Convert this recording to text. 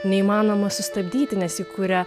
neįmanoma sustabdyti nes ji kuria